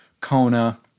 Kona